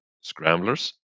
Scramblers